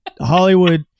Hollywood